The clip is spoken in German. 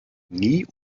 nie